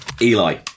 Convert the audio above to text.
Eli